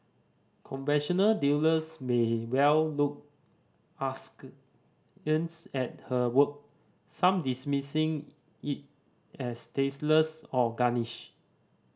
conventional dealers may well look askance at her work some dismissing it as tasteless or garish